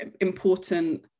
important